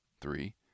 three